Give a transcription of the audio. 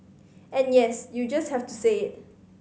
and yes you just have to say it